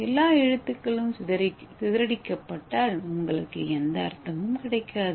எல்லா எழுத்துக்களும் சிதறடிக்கப்பட்டால் உங்களுக்கு எந்த அர்த்தமும் கிடைக்காது